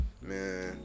man